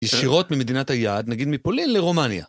ישירות ממדינת היעד, נגיד מפולין לרומניה.